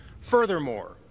Furthermore